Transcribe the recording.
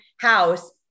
house